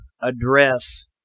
address